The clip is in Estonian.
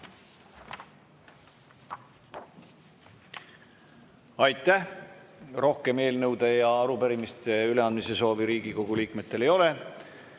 Aitäh! Rohkem eelnõude ja arupärimiste üleandmise soovi Riigikogu liikmetel ei ole.